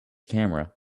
camera